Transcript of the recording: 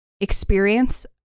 experience